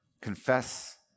Confess